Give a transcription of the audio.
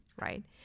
Right